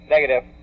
Negative